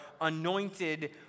anointed